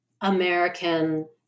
American